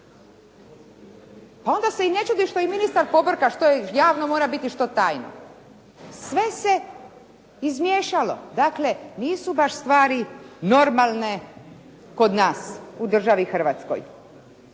Pa onda se i ne čudim što i ministar pobrka što javno mora biti, što tajno. Sve se izmiješalo. Dakle, nisu baš stvari normalne kod nas u državi Hrvatskoj.